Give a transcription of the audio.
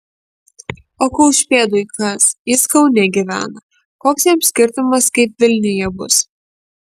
o kaušpėdui kas jis kaune gyvena koks jam skirtumas kaip vilniuje bus